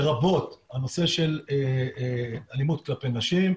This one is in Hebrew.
לרבות הנושא של אלימות כלפי נשים,